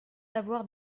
d’avoir